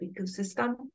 ecosystem